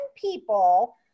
people